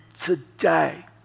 today